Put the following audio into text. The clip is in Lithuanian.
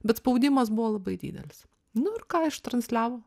bet spaudimas buvo labai didelis nu ir ką ištransliavo